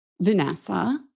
Vanessa